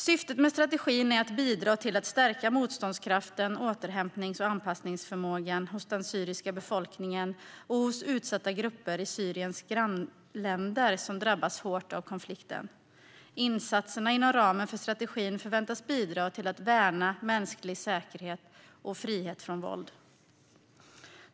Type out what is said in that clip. Syftet med strategin är att bidra till att stärka motståndskraften och återhämtnings och anpassningsförmågan hos den syriska befolkningen och hos utsatta grupper i Syriens grannländer, som drabbas hårt av konflikten. Insatserna inom ramen för strategin förväntas bidra till att värna mänsklig säkerhet och frihet från våld.